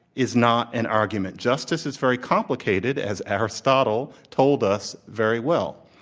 is not an argument. justice is very complicated, as aristotle told us very well.